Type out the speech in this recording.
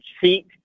seat